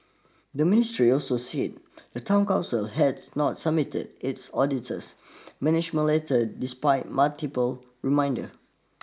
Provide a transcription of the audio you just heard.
the ministry also said the town council has not submitted its auditor's management letter despite multiple reminders